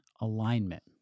alignment